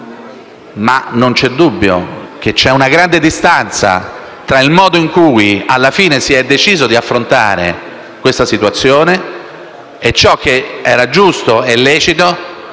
quindi soffermarmi), c'è una grande distanza tra il modo in cui alla fine si è deciso di affrontare la situazione e ciò che era giusto e lecito